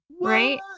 right